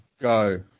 go